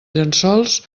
llençols